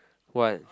what